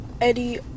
Eddie